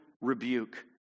rebuke